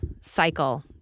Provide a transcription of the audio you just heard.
cycle